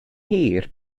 hir